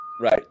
right